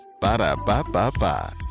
Ba-da-ba-ba-ba